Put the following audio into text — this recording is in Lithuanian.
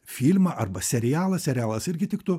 filmą arba serialą serialas irgi tiktų